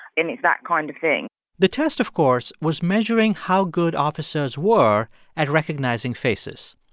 and it's that kind of thing the test, of course, was measuring how good officers were at recognizing faces.